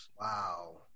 Wow